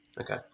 Okay